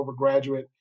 overgraduate